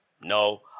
No